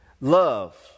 love